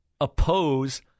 oppose